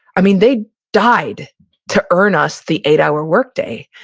i mean, they died to earn us the eight-hour work day.